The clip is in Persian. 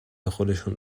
خودشون